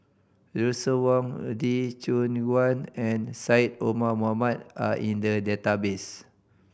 Russel Wong Lee Choon Guan and Syed Omar Mohamed are in the database